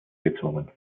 gezwungen